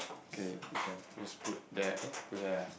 okay which one just put that eh put here lah